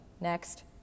next